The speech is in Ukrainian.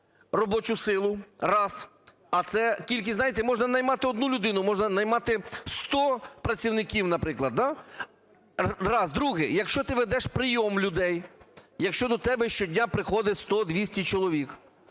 робочу силу – раз, а це тільки, знаєте, можна наймати одну людину, можна наймати 100 працівників, наприклад, да. Раз. Друге. Якщо ти ведеш прийом людей, якщо до тебе щодня приходить 100-200 чоловік,